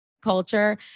culture